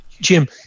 Jim